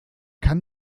kann